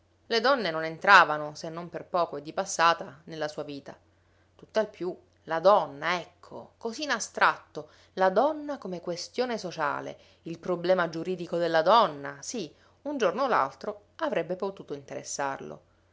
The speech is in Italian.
le donne non entravano se non per poco e di passata nella sua vita tutt'al più la donna ecco così in astratto la donna come questione sociale il problema giuridico della donna sì un giorno o l'altro avrebbe potuto interessarlo